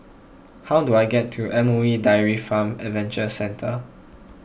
how do I get to M O E Dairy Farm Adventure Centre